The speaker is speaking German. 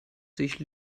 sich